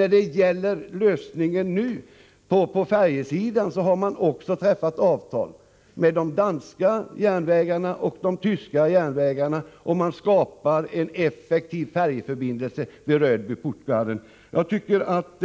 När det gäller den aktuella lösningen på färjesidan har man träffat avtal med de danska järnvägarna och med de tyska järnvägarna, och man skapar en effektiv färjeförbindelse Rödby-Puttgarden. Jag tycker att